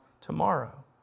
tomorrow